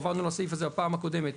עברנו על הסעיף הזה בפעם הקודמת,